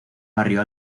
barrio